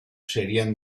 serían